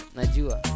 Najua